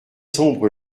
sombre